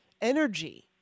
energy